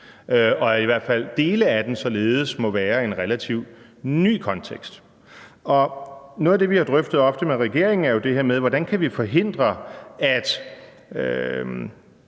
at i hvert fald dele af den således må være i en relativt ny kontekst. Noget af det, vi ofte har drøftet med regeringen, er jo det her med, hvordan vi kan forhindre, at